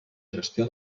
gestió